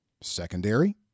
secondary